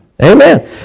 Amen